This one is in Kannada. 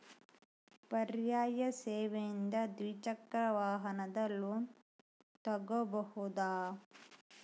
ಪರ್ಯಾಯ ಸೇವೆಯಿಂದ ದ್ವಿಚಕ್ರ ವಾಹನದ ಲೋನ್ ತಗೋಬಹುದಾ?